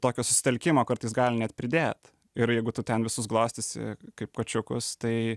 tokio susitelkimo kartais gali net pridėt ir jeigu tu ten visus glostysi kaip kačiukus tai